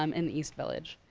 um in the east village.